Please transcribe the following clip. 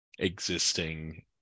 existing